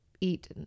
eat